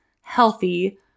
healthy